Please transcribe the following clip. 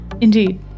indeed